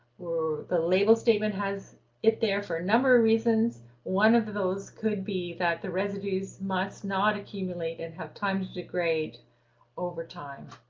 the label statement has it there for a number of reasons one of those could be that the residues must not accumulate and have time to degrade over time.